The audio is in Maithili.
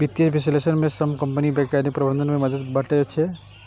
वित्तीय विश्लेषक सं कंपनीक वैज्ञानिक प्रबंधन मे मदति भेटै छै